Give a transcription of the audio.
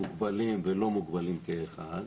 מוגבלים ולא מוגבלים כאחד,